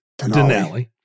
Denali